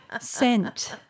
scent